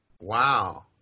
Wow